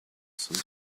some